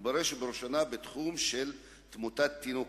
ובראש ובראשונה בתחום תמותת התינוקות.